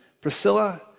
Priscilla